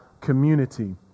community